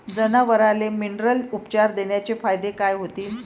जनावराले मिनरल उपचार देण्याचे फायदे काय होतीन?